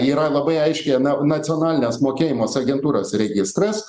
yra labai aiški na nacionalinės mokėjimos agentūros registras